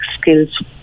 skills